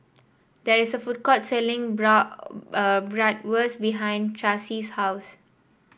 there is a food court selling Bratwurst behind Tracey's house